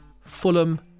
Fulham